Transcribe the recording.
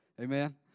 Amen